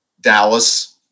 Dallas